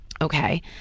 Okay